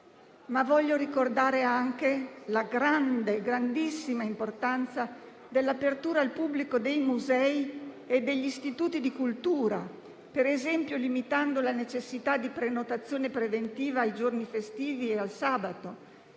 anche ricordare la grande, grandissima importanza dell'apertura al pubblico dei musei e degli istituti di cultura, per esempio limitando la necessità di prenotazione preventiva nei giorni festivi e di sabato.